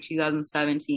2017